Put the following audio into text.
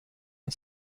and